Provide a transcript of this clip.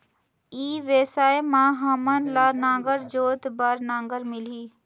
ई व्यवसाय मां हामन ला नागर जोते बार नागर मिलही?